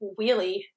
Wheelie